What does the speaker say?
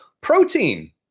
protein